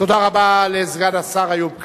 תודה רבה לסגן השר איוב קרא,